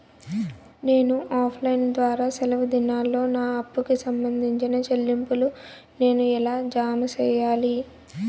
నేను offline ద్వారా సెలవు దినాల్లో నా అప్పుకి సంబంధించిన చెల్లింపులు నేను ఎలా జామ సెయ్యాలి?